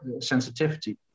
sensitivity